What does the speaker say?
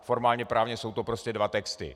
Formálněprávně jsou to prostě dva texty.